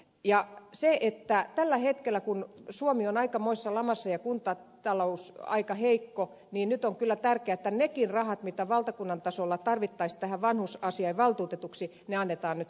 ja tällä hetkellä kun suomi on aikamoisessa lamassa ja kuntatalous aika heikko on kyllä tärkeää että nekin rahat jotka valtakunnan tasolla tarvittaisiin tähän vanhusasiainvaltuutettuun ne annetaan nyt kentälle